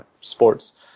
sports